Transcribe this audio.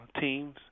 teams